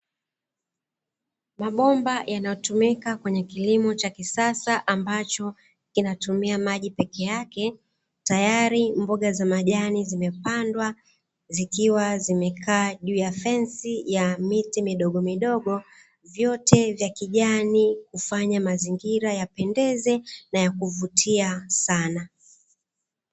Mabomba yanayotumika kwenye kilimo cha kisasa ambacho kinatumia maji peke yake, tayari mboga za majani zimepandwa zikiwa zimekaa juu ya fensi ya miti midogomidogo; vyote vya kijani, kufanya mazingira yapendeze na ya kuvutia sana.